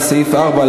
סעיף 4,